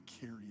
carry